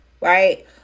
right